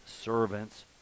servants